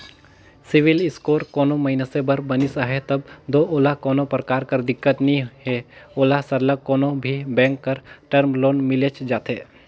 CIBIL score कोनो मइनसे कर बनिस अहे तब दो ओला कोनो परकार कर दिक्कत नी हे ओला सरलग कोनो भी बेंक कर टर्म लोन मिलिच जाथे